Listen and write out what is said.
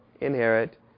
inherit